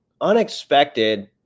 unexpected